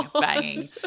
banging